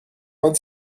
man